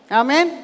amen